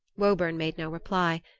woburn made no reply,